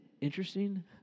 interesting